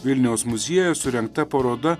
vilniaus muziejuj surengta paroda